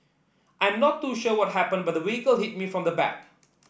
I am not too sure what happened but the vehicle hit me from the back